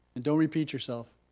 don't repeat yourself.